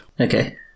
Okay